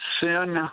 Sin